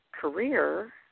career